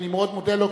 אני מאוד מודה לו,